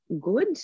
good